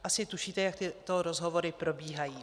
Asi tušíte, jak tyto rozhovory probíhají.